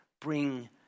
bring